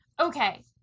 okay